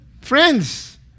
Friends